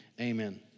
amen